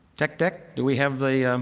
tech deck? do we have the